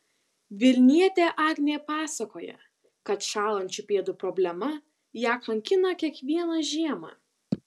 vilnietė agnė pasakoja kad šąlančių pėdų problema ją kankina kiekvieną žiemą